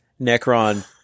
Necron